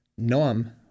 Noam